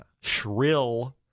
shrill